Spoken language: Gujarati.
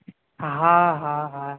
હા હા હા